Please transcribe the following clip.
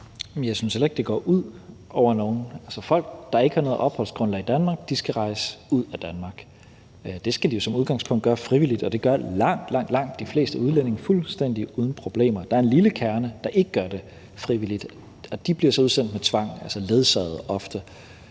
Jeg synes heller ikke, det går ud over nogen. Folk, der ikke har noget opholdsgrundlag i Danmark, skal rejse ud af Danmark. Det skal de jo som udgangspunkt gøre frivilligt, og det gør langt, langt de fleste udlændinge fuldstændig uden problemer. Der er en lille kerne, der ikke gør det frivilligt, og de bliver så udsendt med tvang, altså ofte